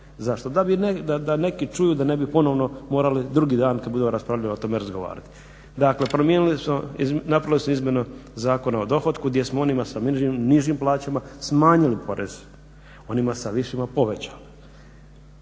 zašto da neki čuju da ne bi ponovno morali drugi dan kada budemo raspravljali o tome razgovarati. Dakle promijenili smo napravili smo izmijene Zakona o dohotku gdje smo onima sa nižim plaćama smanjili porez, onima sa višima povećali.